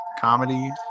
comedy